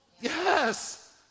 Yes